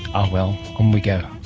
oh well, on we go.